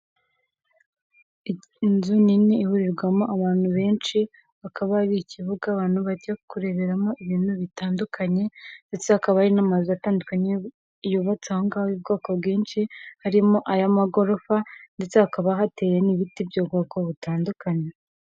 Inzu nini ihurirwamo abantu benshi hakaba hari ikibuga abantu bajya kureberamo ibintu bitandukanye ndetse hakaba hari n'amazu atandukanye yubatse aho ngaho y'ubwoko bwinshi harimo ay'amagorofa ndetse hakaba hateye n'ibiti by'ubwoko butandukanye.